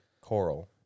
Coral